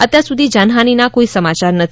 અત્યાર સુધી જાનહાનીના કોઇ સમાચાર નથી